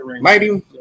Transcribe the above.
mighty